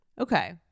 Okay